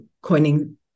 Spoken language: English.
coining